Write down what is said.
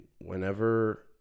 whenever